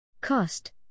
Cost